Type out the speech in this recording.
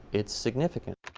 it's significant.